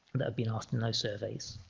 they've been asked in those surveys